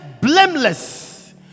blameless